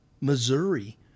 missouri